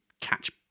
catch